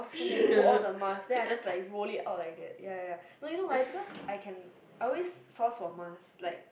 then they put all the mask then I just like roll it out like that ya ya you know why because I can I always source for mask like